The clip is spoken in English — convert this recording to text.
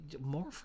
more